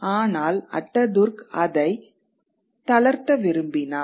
ஆனால் அட்டதுர்க் அதை தளர்த்த விரும்பினார்